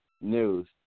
news